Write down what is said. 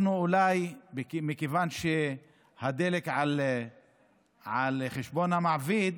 אנחנו, אולי מכיוון שהדלק על חשבון המעביד,